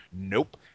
Nope